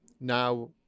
now